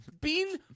Bean